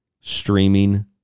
Streaming